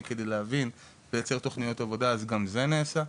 כדי להבין ולייצר תוכניות עבודה גם זה נעשה.